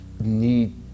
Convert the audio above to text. need